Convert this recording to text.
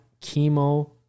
chemo